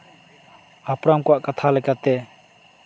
ᱦᱟᱯᱲᱟᱢ ᱠᱚᱣᱟᱜ ᱠᱟᱛᱷᱟ ᱞᱮᱠᱟᱛᱮ